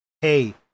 hey